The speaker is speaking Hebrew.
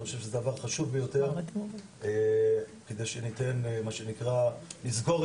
אני חושב שזה דבר חשוב ביותר כדי שנסגור את